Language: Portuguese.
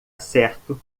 certo